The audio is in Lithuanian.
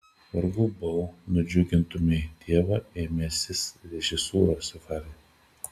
vargu bau nudžiugintumei tėvą ėmęsis režisūros hari